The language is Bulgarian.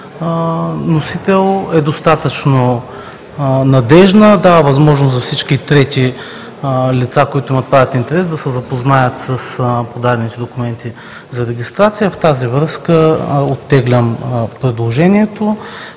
носител, е достатъчно надеждна, дава възможност за всички трети лица, които имат интерес, да се запознаят с подадените документи за регистрация. В тази връзка оттеглям предложението.